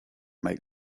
make